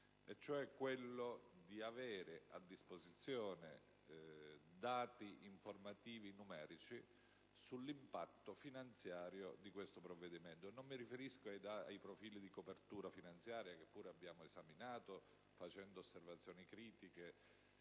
cioè quello della disponibilità di dati numerici sull'impatto finanziario di questo provvedimento. Non mi riferisco ai profili di copertura finanziaria, che pure abbiamo esaminato facendo osservazioni critiche